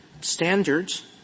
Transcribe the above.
standards